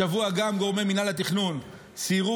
השבוע גם גורמי מינהל התכנון סיירו